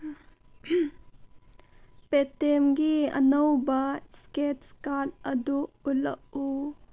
ꯄꯦ T ꯑꯦꯝꯒꯤ ꯑꯅꯧꯕ ꯏꯁꯀꯦꯠꯁ ꯀꯥꯔꯠ ꯑꯗꯨ ꯎꯠꯂꯛꯎ